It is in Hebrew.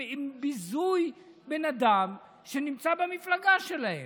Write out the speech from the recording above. עם ביזוי בן אדם שנמצא במפלגה שלהם.